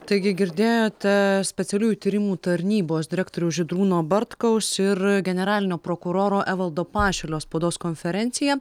taigi girdėjote specialiųjų tyrimų tarnybos direktoriaus žydrūno bartkaus ir generalinio prokuroro evaldo pašilio spaudos konferenciją